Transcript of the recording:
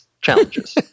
challenges